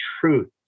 truth